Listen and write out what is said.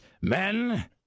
men